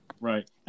right